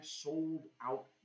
sold-out